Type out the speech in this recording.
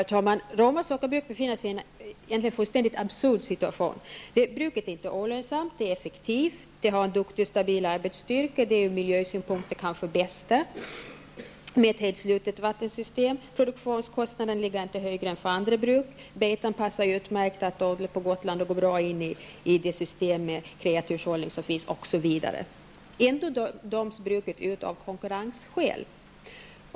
Herr talman! Roma sockerbruk befinner sig egentligen i en fullständigt absurd situation. Bruket är inte olönsamt, det är effektivt, det har en duktig och stabil arbetsstyrka, det är ur miljösynpunkt kanske det bästa, med ett helt slutet vattensystem, produktionskostnaden ligger inte högre än för andra bruk, betan passar utmärkt att odla på Gotland och går bra in i det system med kreaturshållning som finns, osv. Ändå döms bruket ut av konkurrensskäl.